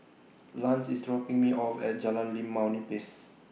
Lance IS dropping Me off At Jalan Limau Nipis